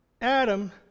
Adam